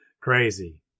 Crazy